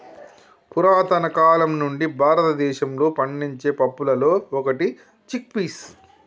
పురతన కాలం నుండి భారతదేశంలో పండించే పప్పులలో ఒకటి చిక్ పీస్